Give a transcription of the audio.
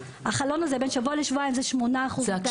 החלון הזה בין שבוע לשבועיים הוא 8% מכלל האשפוזים.